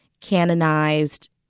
canonized